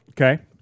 Okay